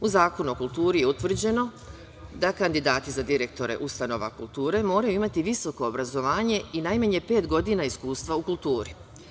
U Zakonu o kulturi je utvrđeno da kandidati za direktore ustanova kulture moraju imati visoko obrazovanje i najmanje pet godina iskustva u kulturi.